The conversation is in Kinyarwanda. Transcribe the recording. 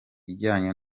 bijyanye